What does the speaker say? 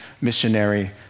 missionary